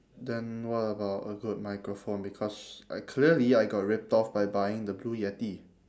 then what about a good microphone because I clearly I got ripped off by buying the blue yeti